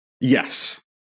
Yes